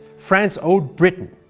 france owed britain,